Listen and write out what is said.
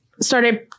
started